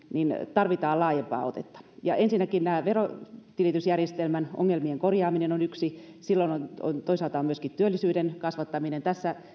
tarvitaan laajempaa otetta ensinnäkin verotilitysjärjestelmän ongelmien korjaaminen on yksi toisaalta on myöskin työllisyyden kasvattaminen